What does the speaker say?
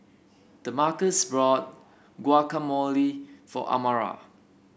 Damarcus bought Guacamole for Amara